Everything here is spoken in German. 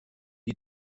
die